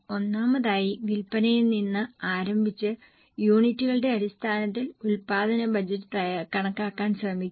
ഒന്നാമതായി വിൽപ്പനയിൽ നിന്ന് ആരംഭിച്ച് യൂണിറ്റുകളുടെ അടിസ്ഥാനത്തിൽ ഉൽപാദന ബജറ്റ് കണക്കാക്കാൻ ശ്രമിക്കുക